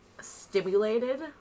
stimulated